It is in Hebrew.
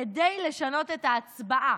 כדי לשנות את ההצבעה.